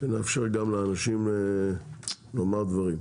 שנאפשר לאנשים לומר דברים.